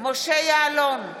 משה יעלון,